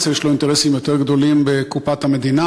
ויש לו אינטרסים יותר גדולים בקופת המדינה,